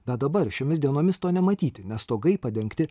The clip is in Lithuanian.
bet dabar šiomis dienomis to nematyti nes stogai padengti